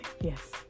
Yes